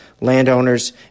landowners